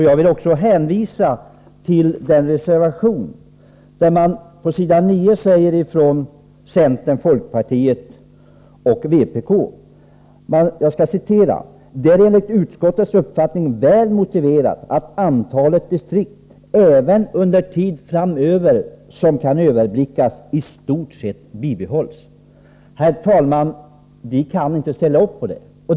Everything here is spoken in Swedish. Jag vill hänvisa till reservation 1, där folkpartiet, centern och vpk säger följande: ”Det är enligt utskottets uppfattning väl motiverat att antalet distrikt även — under den tid framöver som kan överblickas — i stort sett bibehålls.” Herr talman! Vi kan inte ställa upp på det.